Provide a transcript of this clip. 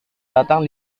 datang